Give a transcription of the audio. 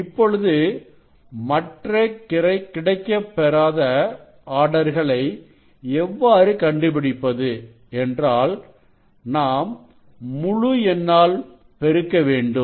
இப்பொழுது மற்ற கிடைக்கப்பெறாத ஆர்டர்களை எவ்வாறு கண்டு பிடிப்பது என்றால் நாம் முழு என்னால் பெருக்க வேண்டும்